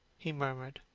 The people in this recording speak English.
he murmured,